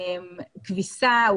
מקבלים כביסה,